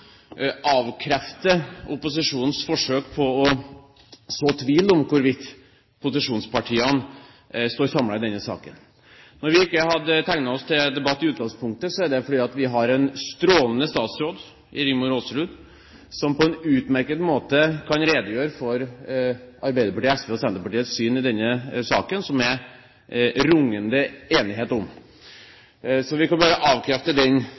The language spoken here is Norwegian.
avkrefte opposisjonens forsøk på å så tvil om hvorvidt posisjonspartiene står samlet i denne saken. Når vi ikke hadde tegnet oss til debatt i utgangspunktet, er det fordi vi har en strålende statsråd i Rigmor Aasrud, som på en utmerket måte kan redegjøre for Arbeiderpartiets, Senterpartiets og SVs syn i denne saken, som det er rungende enighet om. Så vi kan bare avkrefte den